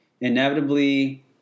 inevitably